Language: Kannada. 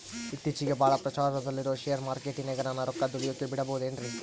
ಇತ್ತೇಚಿಗೆ ಬಹಳ ಪ್ರಚಾರದಲ್ಲಿರೋ ಶೇರ್ ಮಾರ್ಕೇಟಿನಾಗ ನನ್ನ ರೊಕ್ಕ ದುಡಿಯೋಕೆ ಬಿಡುಬಹುದೇನ್ರಿ?